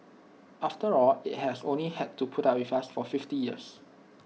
after all IT has only had to put up with us for fifty years